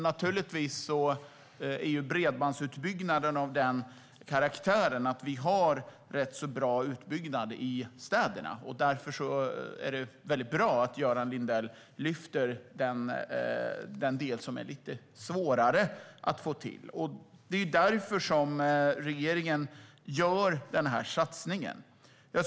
Dock är bredbandsutbyggnaden av den karaktären att vi har en rätt så bra utbyggnad i städerna, och därför är det bra att Göran Lindell lyfter upp den del som är lite svårare att få till och som är anledningen till att regeringen gör denna satsning.